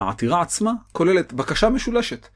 העתירה עצמה כוללת בקשה משולשת.